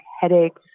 headaches